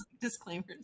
disclaimers